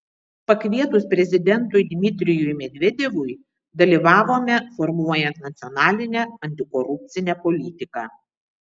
pakvietus prezidentui dmitrijui medvedevui dalyvavome formuojant nacionalinę antikorupcinę politiką